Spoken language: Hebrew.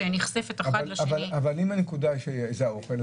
אבל אם הנקודה שזה האוכל,